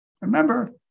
Remember